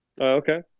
okay